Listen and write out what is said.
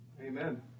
Amen